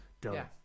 done